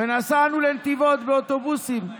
ונסענו לנתיבות באוטובוסים.